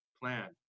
Plan